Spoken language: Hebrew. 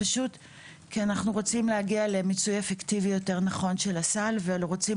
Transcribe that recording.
כי אנחנו רוצים להגיע למיצוי אפקטיבי יותר נכון של הסל ורוצים